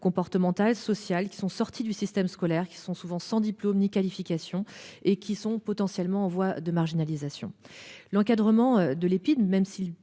comportementale sociales qui sont sortis du système scolaire, qui sont souvent sans diplôme ni qualification et qui sont potentiellement en voie de marginalisation. L'encadrement de l'Epide, même s'il